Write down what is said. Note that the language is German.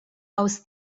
aus